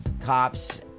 cops